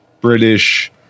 British